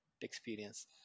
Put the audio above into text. experience